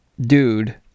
dude